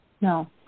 No